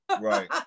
right